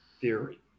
theory